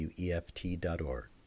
weft.org